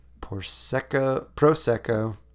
prosecco